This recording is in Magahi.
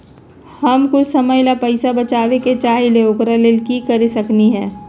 हम कुछ समय ला पैसा बचाबे के चाहईले ओकरा ला की कर सकली ह?